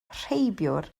rheibiwr